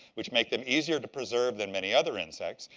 which make them easier to preserve than many other insects.